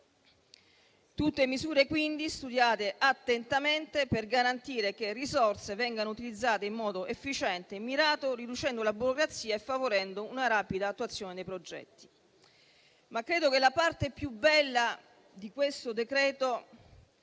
Tutte misure, quindi, studiate attentamente per garantire che le risorse vengano utilizzate in modo efficiente e mirato, riducendo la burocrazia e favorendo una rapida attuazione dei progetti. Ma credo che la parte più bella di questo decreto